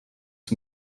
wir